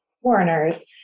foreigners